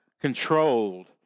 controlled